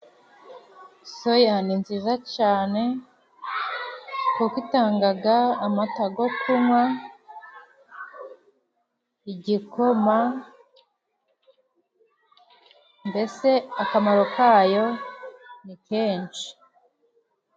Soya ni nziza cane kuko itangaga amata go kunywa, igikoma, mbese akamaro kayo ni kenshi.